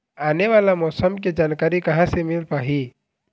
आने वाला मौसम के जानकारी कहां से मिल पाही?